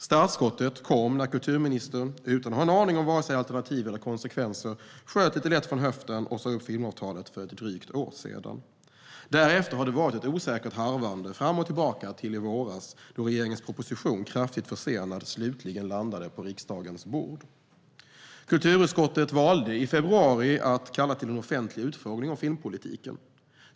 Startskottet kom när kulturministern, utan att ha en aning om vare sig alternativ eller konsekvenser, sköt lite lätt från höften och sa upp filmavtalet för drygt ett år sedan. Därefter har det varit ett osäkert harvande fram och tillbaka till i våras då regeringens proposition, kraftigt försenad, slutligen landade på riksdagens bord. Kulturutskottet valde i februari att kalla till en offentlig utfrågning om filmpolitiken.